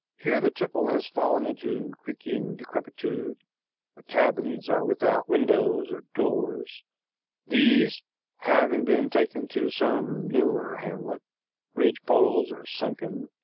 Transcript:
here the tipple has fallen into creaking decrepitude the cabins are without windows or doors these having been taken to some newer hamlet ridge-poles are sunken,